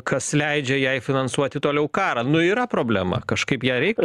kas leidžia jai finansuoti toliau karą nu yra problema kažkaip ją reikia